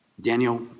Daniel